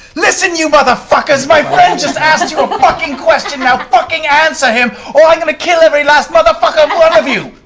listen, you motherfuckers, my friend just asked you a but fucking question, now fucking answer him or i'm going to kill every last motherfucking one of you!